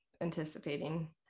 anticipating